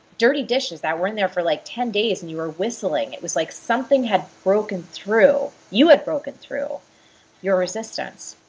dirty dishes that were in there for like ten days and you were whistling. it was like something had broken through. you had broken through your resistance.